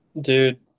Dude